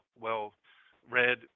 well-read